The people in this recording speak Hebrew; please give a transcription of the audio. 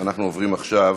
אנחנו עוברים עכשיו